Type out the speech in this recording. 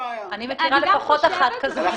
אני מכירה לפחות אחד כזה.